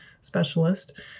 specialist